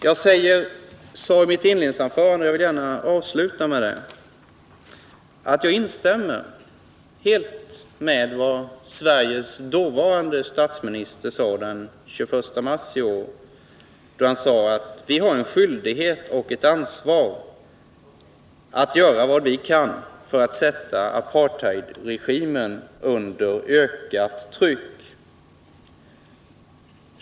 Jag sade i mitt inledningsanförande, och jag vill gärna avsluta med att upprepa det, att jag instämmer helt i vad Sveriges dåvarande statsminister sade den 21 mars i år, då han sade att vi har en skyldighet och ett ansvar att 89 göra vad vi kan för att sätta apartheidregimen under ökat tryck.